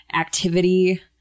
activity